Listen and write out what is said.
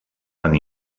van